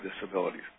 disabilities